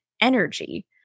energy